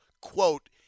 quote